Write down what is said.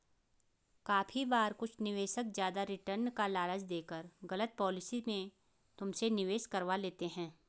काफी बार कुछ निवेशक ज्यादा रिटर्न का लालच देकर गलत पॉलिसी में तुमसे निवेश करवा लेते हैं